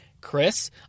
Chris